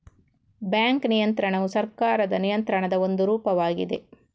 bank ನಿಯಂತ್ರಣವು ಸರ್ಕಾರದ ನಿಯಂತ್ರಣದ ಒಂದು ರೂಪವಾಗಿದೆ